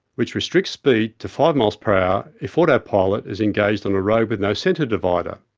which restricts speed to five mph if autopilot is engaged on a road with no centre-divider.